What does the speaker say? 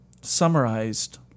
summarized